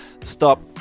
stop